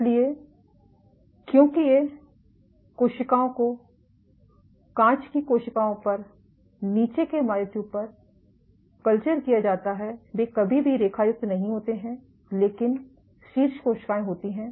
इसलिए क्योंकि ये कोशिकाओं को कांच की कोशिकाओं पर नीचे के मायोट्यूब पर कल्चर किया जाता है वे कभी भी रेखायुक्त नहीं होते हैं लेकिन शीर्ष कोशिकाएं होती हैं